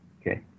Okay